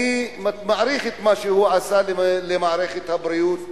אני מעריך את מה שהוא עשה למערכת הבריאות בכלל,